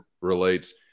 relates